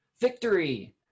Victory